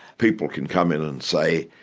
people can come in and say,